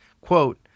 quote